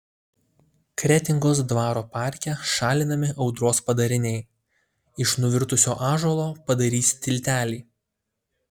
kretingos dvaro parke šalinami audros padariniai iš nuvirtusio ąžuolo padarys tiltelį